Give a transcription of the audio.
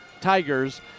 Tigers